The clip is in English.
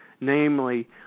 namely